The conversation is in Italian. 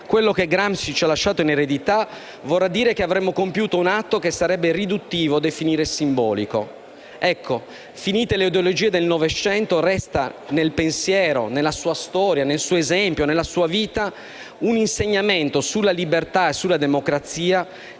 quello che Gramsci ci ha lasciato in eredità vorrà dire che avremo compiuto un atto che sarebbe riduttivo definire simbolico. Finite le ideologie del Novecento resta nel pensiero, nella sua storia, nel suo esempio, nella sua vita, un insegnamento sulla libertà e sulla democrazia